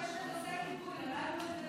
אדוני היושב-ראש, יש מטוסי כיבוי, הכול בסדר.